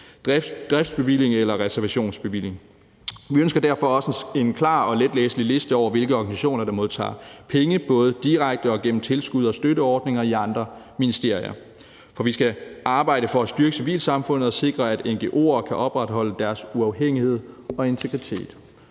driftsbevilling eller reservationsbevilling. Vi ønsker derfor også en klar og letlæselig liste over, hvilke organisationer der modtager penge både direkte og gennem tilskud og støtteordninger i andre ministerier, for vi skal arbejde for at styrke civilsamfundet og sikre, at ngo'er kan opretholde deres uafhængighed og integritet.